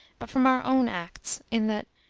but from our own acts, in that,